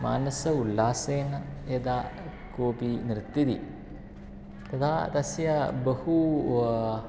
मानसोल्लासेन यदा कोपि नृत्यति तदा तस्य बहु